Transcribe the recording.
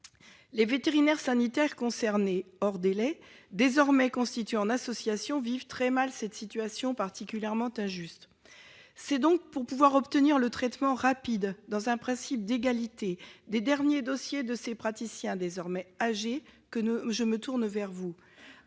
Les vétérinaires sanitaires concernés, « hors délais », désormais constitués en association, vivent très mal cette situation particulièrement injuste. C'est donc pour pouvoir obtenir le traitement rapide, conformément au principe d'égalité, des derniers dossiers de ces praticiens désormais âgés que je me tourne vers vous.